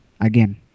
Again